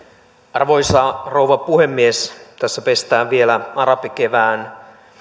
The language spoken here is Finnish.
arvoisa rouva puhemies tässä pestään vielä arabikevään